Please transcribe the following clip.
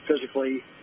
physically